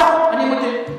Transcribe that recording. נכון, אני מודה.